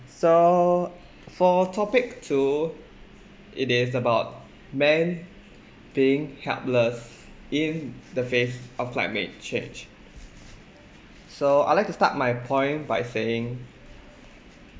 so for topic two it is about men being helpless in the face of climate change so I'd like to start my point by saying